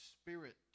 spirit